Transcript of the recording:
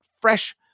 fresh